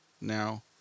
now